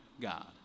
God